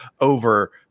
over